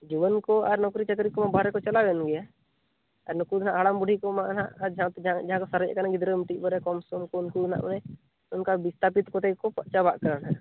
ᱡᱩᱣᱟᱹᱱ ᱠᱚ ᱟᱨ ᱱᱚᱠᱨᱤ ᱪᱟᱠᱨᱤ ᱠᱚᱢᱟ ᱵᱟᱨᱦᱮ ᱠᱚ ᱪᱟᱞᱟᱣ ᱮᱱᱜᱮᱭᱟ ᱟᱨ ᱱᱩᱠᱩ ᱫᱚᱦᱟᱸᱜ ᱦᱟᱲᱟᱢ ᱵᱩᱰᱦᱤ ᱠᱚᱢᱟ ᱦᱟᱸᱜ ᱟᱨ ᱡᱟᱦᱟᱸᱛᱮ ᱡᱟᱦᱟᱸ ᱠᱚ ᱥᱟᱨᱮᱡᱽ ᱟᱠᱟᱱᱟ ᱜᱤᱫᱽᱨᱟᱹ ᱢᱤᱫᱴᱮᱱ ᱵᱟᱨᱭᱟ ᱠᱚᱢᱥᱚᱢ ᱠᱚ ᱩᱱᱠᱩ ᱜᱮᱦᱟᱸᱜᱞᱮ ᱚᱱᱠᱟ ᱵᱤᱥᱛᱟᱯᱤᱛ ᱠᱚᱛᱮ ᱜᱮᱠᱚ ᱪᱟᱵᱟᱜ ᱠᱟᱱᱟ ᱱᱟᱦᱟᱜ